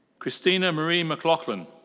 christina marie mclaughlin.